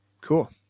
Cool